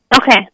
Okay